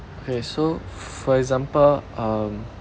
okay so for example um